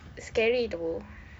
scary though